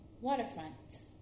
Waterfront